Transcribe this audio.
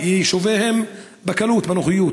ליישוביהם ולצאת מהם בקלות ובנוחות?